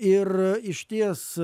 ir išties